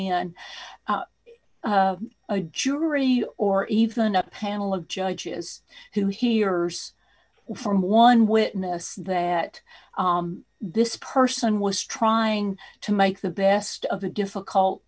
and a jury or even a panel of judges who hears from one witness that this person was trying to make the best of a difficult